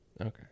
Okay